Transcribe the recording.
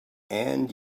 and